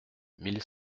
mille